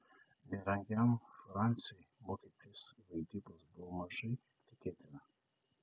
nerangiam fransiui mokytis vaidybos buvo mažai tikėtina